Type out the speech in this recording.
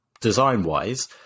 design-wise